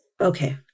Okay